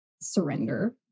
surrender